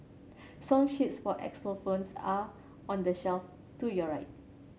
song sheets for are on the shelf to your right